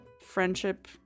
friendship